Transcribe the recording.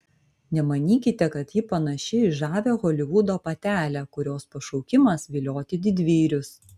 nemanykite kad ji panaši į žavią holivudo patelę kurios pašaukimas vilioti didvyrius